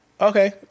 okay